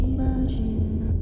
Imagine